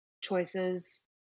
choices